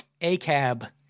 ACAB